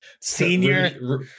Senior